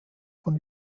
von